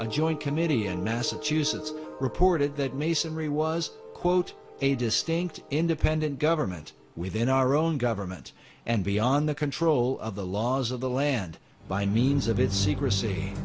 joint committee in massachusetts reported that masonry was quote a distinct independent government within our own government and beyond the control of the laws of the land by means of its secrecy